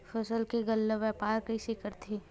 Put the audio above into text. फसल के गल्ला व्यापार कइसे करथे?